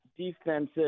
defensive